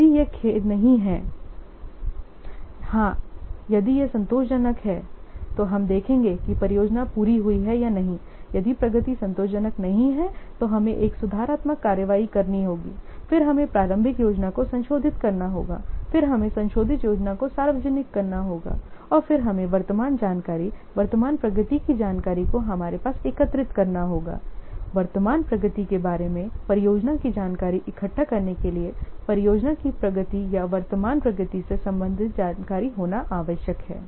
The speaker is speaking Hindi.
यदि यह खेद नहीं है हाँ यदि यह संतोषजनक है तो हम देखेंगे कि परियोजना पूरी हुई है या नहीं यदि प्रगति संतोषजनक नहीं है तो हमें एक सुधारात्मक कार्रवाई करनी होगी फिर हमें प्रारंभिक योजना को संशोधित करना होगा फिर हमें संशोधित योजना को सार्वजनिक करना होगा और फिर हमें वर्तमान जानकारी वर्तमान प्रगति की जानकारी को हमारे पास एकत्रित करना होगा वर्तमान प्रगति के बारे में परियोजना की जानकारी इकट्ठा करने के लिए परियोजना की प्रगति या वर्तमान प्रगति से संबंधित जानकारी होना आवश्यक है